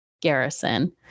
garrison